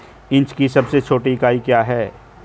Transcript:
Inch की सबसे छोटी इकाई क्या है?